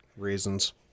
reasons